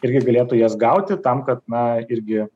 irgi galėtų jas gauti tam kad na irgi